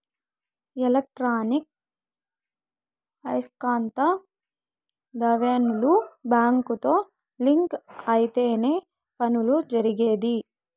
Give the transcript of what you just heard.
electronic ఐస్కాంత ధ్వనులు బ్యాంకుతో లింక్ అయితేనే పనులు జరిగేది